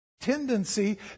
tendency